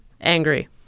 angry